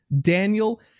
daniel